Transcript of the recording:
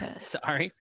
Sorry